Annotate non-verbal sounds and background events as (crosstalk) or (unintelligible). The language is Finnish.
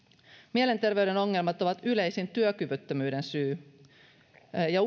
mielenterveyden ongelmat ovat yleisin työkyvyttömyyden syy ja (unintelligible)